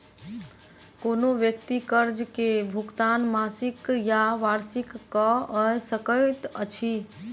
कोनो व्यक्ति कर्ज के भुगतान मासिक या वार्षिक कअ सकैत अछि